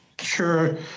sure